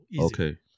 okay